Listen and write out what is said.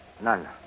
None